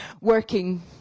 working